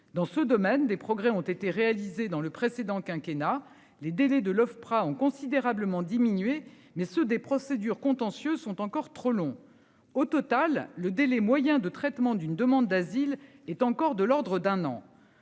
dans ce domaine, des progrès ont été réalisés dans le précédent quinquennat, les délais de l'Ofpra ont considérablement diminué mais ceux des procédures contentieux sont encore trop long. Au total, le délai moyen de traitement d'une demande d'asile est encore de l'ordre d'un an.